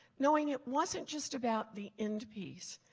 knowing it wasn't just about the end piece,